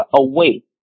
away